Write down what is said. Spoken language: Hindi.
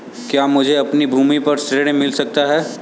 क्या मुझे अपनी भूमि पर ऋण मिल सकता है?